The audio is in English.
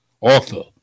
author